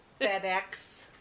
FedEx